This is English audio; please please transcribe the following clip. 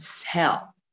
tell